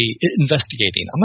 investigating